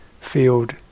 field